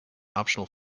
optional